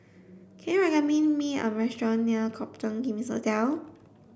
can you me a restaurant near Copthorne King's Hotel